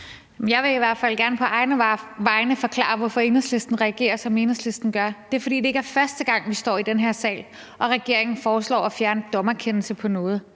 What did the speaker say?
Jeg vil i hvert fald gerne på egne vegne forklare, hvorfor Enhedslisten reagerer, som Enhedslisten gør. Det er, fordi det ikke er første gang, vi står i den her sal og regeringen foreslår at fjerne en dommerkendelse på noget.